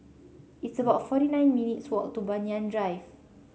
it's about forty nine minutes' walk to Banyan Drive